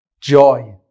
joy